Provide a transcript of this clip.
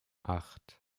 acht